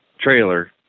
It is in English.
trailer